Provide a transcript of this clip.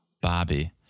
Bobby